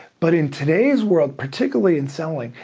but in today's world, particularly in selling,